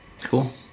Cool